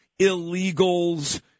illegals